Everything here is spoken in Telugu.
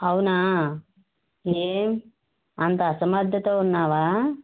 అవునా ఏం అంత అసమర్ధతతో ఉన్నావా